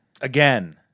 Again